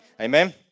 Amen